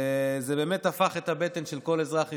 וזה באמת הפך את הבטן של כל אזרח ישראלי,